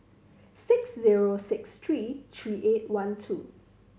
six zero six three three eight one two